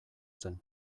zen